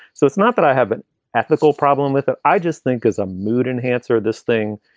so it's not that i have an ethical problem with it. i just think as a mood enhancer, this thing,